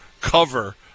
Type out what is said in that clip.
cover